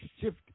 shift